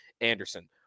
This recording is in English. Anderson